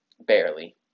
barely